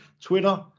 Twitter